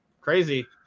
Crazy